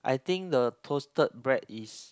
I think the toasted bread is